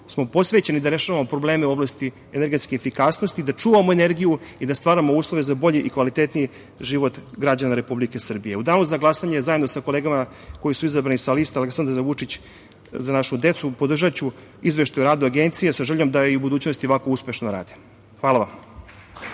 posvećeni da rešavamo probleme u oblasti energetske efikasnosti, da čuvamo energiju i da stvaramo uslove za bolji i kvalitetniji život građana Republike Srbije.U danu za glasanje zajedno sa kolegama koji su izabrani sa liste Aleksandra Vučić – Za našu decu podržaću Izveštaj o radu Agencije sa željom da i u budućnosti ovako uspešno rade. Hvala vam.